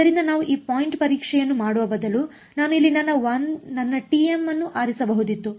ಆದ್ದರಿಂದ ನಾವು ಈ ಪಾಯಿಂಟ್ ಪರೀಕ್ಷೆಯನ್ನು ಮಾಡುವ ಬದಲುನಾನು ಇಲ್ಲಿ ನನ್ನ t m ಅನ್ನು ಆರಿಸಬಹುದಿತ್ತು